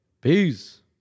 Peace